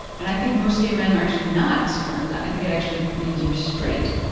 and i think most gay men are actually not super into that, i think that actually means you're straight.